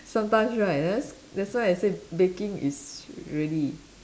sometimes right that's that's why I say baking is really